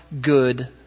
good